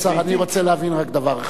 אני רוצה להבין רק דבר אחד,